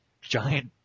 giant